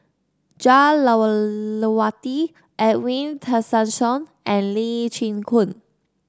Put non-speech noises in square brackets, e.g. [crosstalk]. Jah [unintelligible] Lelawati Edwin Tessensohn and Lee Chin Koon